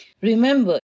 Remember